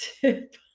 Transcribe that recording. tip